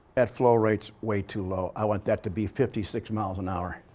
ebb flow rate's way too low. i want that to be fifty six miles an hour.